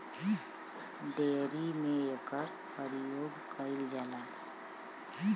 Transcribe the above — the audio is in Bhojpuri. डेयरी में एकर परियोग कईल जाला